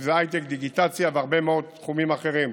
אם זה הייטק, דיגיטציה והרבה מאוד תחומים אחרים,